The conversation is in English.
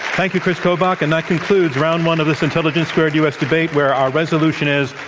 thank you, kris kobach, and that concludes round one of this intelligence squared u. s. debate, where our resolution is,